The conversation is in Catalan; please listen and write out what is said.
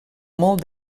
molt